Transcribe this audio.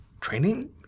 training